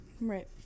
Right